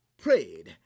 prayed